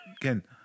again